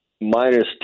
minus